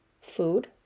food